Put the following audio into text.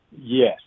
Yes